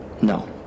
No